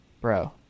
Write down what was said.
Bro